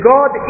God